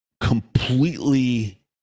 completely